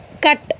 cut